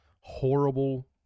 horrible